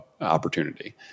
opportunity